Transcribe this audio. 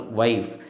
wife